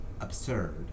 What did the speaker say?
absurd